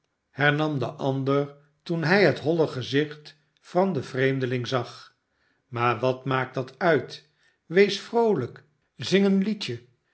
hernam de ander toen hij het holle gezicht van den vreemdeling zag maar wat maakt dat uit wees vroolijk zing eens een liedje